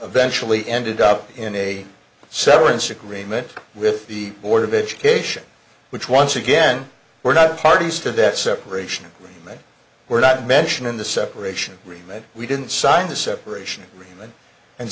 eventually ended up in a severance agreement with the board of education which once again were not parties to that separation were not mentioned in the separation agreement we didn't sign the separation agreement and